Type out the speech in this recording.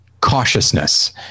cautiousness